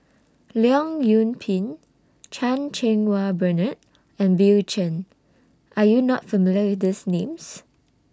Leong Yoon Pin Chan Cheng Wah Bernard and Bill Chen Are YOU not familiar with These Names